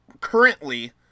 currently